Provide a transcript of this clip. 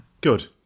Good